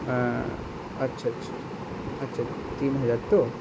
হ্যাঁ আচ্ছা আচ্ছা আচ্ছা তিন হাজার তো